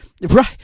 Right